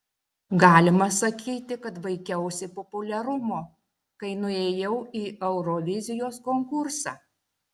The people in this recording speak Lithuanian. galima sakyti kad vaikiausi populiarumo kai nuėjau į eurovizijos konkursą